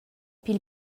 pil